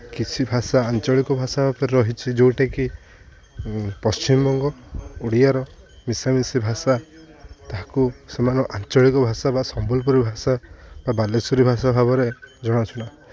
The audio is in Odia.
କିଛି ଭାଷା ଆଞ୍ଚଳିକ ଭାଷା ଭାବରେ ରହିଛିି ଯେଉଁଟାକି ପଶ୍ଚିମବଙ୍ଗ ଓଡ଼ିଆର ମିଶାମିଶି ଭାଷା ତାହାକୁ ସେମାନ ଆଞ୍ଚଳିକ ଭାଷା ବା ସମ୍ବଲପୁରୀ ଭାଷା ବା ବାଲେଶ୍ୱରୀ ଭାଷା ଭାବରେ ଜଣାଶୁଣା